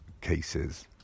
cases